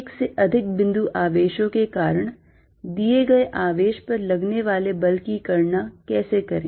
एक से अधिक बिंदु आवेशों के कारण दिए गए आवेश पर लगने वाले बल की गणना कैसे करें